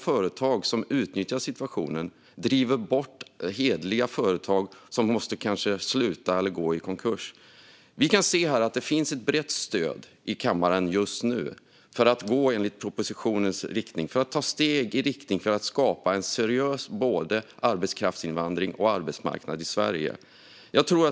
Företag som utnyttjar situationen driver bort hederliga företag som får sluta eller gå i konkurs. Vi kan se att det just nu finns ett brett stöd i kammaren för att gå i propositionens riktning, det vill säga ta steg för att skapa en seriös arbetskraftsinvandring och arbetsmarknad i Sverige.